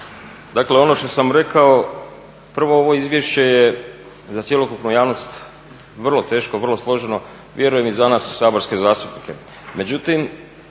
Dakle, ono što sam rekao, prvo ovo izvješće je za cjelokupnu javnost vrlo teško, vrlo složeno, vjerujem i za nas saborske zastupnike.